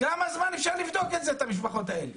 כמה זמן אפשר לבדוק את המשפחות האלה?